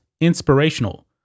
inspirational